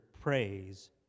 praise